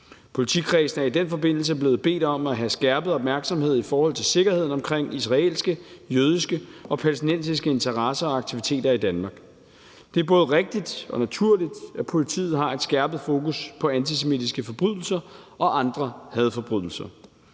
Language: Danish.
Politikredsene er i den forbindelse blevet bedt om at have skærpet opmærksomhed i forhold til sikkerheden omkring israelske, jødiske og palæstinensiske interesser og aktiviteter i Danmark. Det er både rigtigt og naturligt, at politiet har et skærpet fokus på antisemitiske forbrydelser og andre hadforbrydelser.